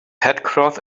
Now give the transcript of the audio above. headcloth